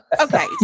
Okay